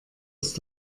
ist